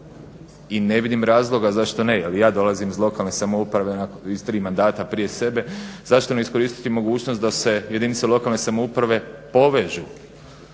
i ne vidim razloga zašto ne jer i ja dolazim iz lokalne samouprave iz tri mandata prije sebe, zašto ne iskoristiti mogućnost da se jedinice lokalne samouprave povežu